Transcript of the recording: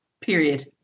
period